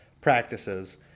practices